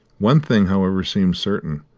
one thing, however, seemed certain.